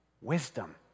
wisdom